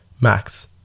max